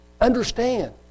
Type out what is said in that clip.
Understand